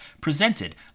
presented